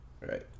Right